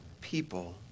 people